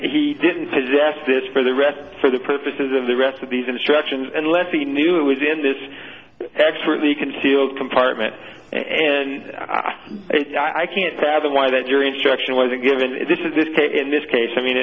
he didn't possess this for the rest for the purposes of the rest of these instructions unless he knew it was in this expert the concealed compartment and i i can't fathom why that jury instruction wasn't given if this is this case in this case i mean